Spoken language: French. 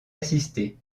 assister